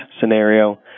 scenario